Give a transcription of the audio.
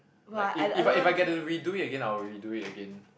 like if if I get to redo it Again I will redo it again